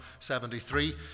73